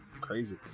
crazy